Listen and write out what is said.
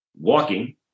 walking